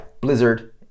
blizzard